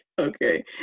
Okay